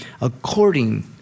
according